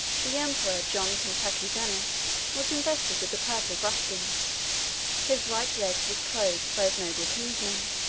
the emperor john cantacuzenus was invested with the purple buskins his right leg was clothed by his noble kinsmen,